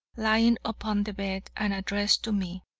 lying upon the bed, and addressed to me.